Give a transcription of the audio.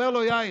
אומר לו: יאיר,